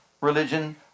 religion